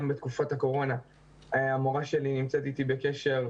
גם בתקופת הקורונה המורה שלי נמצאת איתי בקשר,